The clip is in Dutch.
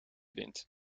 wint